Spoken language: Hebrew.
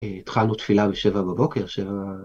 התחלנו תפילה ב-7 בבוקר.